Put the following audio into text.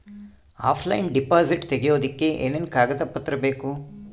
Offline deposit ತೆಗಿಯೋದಕ್ಕೆ ಏನೇನು ಕಾಗದ ಪತ್ರ ಬೇಕು?